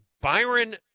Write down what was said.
Byron